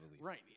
Right